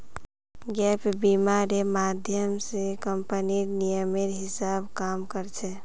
gap बीमा र माध्यम स कम्पनीर नियमेर हिसा ब काम कर छेक